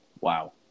Wow